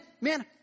man